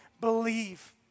believe